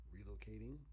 relocating